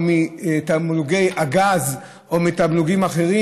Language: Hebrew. או תמלוגי הגז או תמלוגים אחרים,